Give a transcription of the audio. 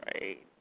right